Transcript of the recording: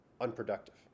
unproductive